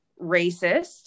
racist